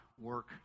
work